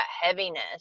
heaviness